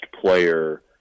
player